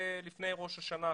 לפני ראש השנה,